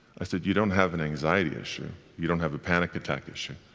i said, you don't have an anxiety issue, you don't have a panic attack issue,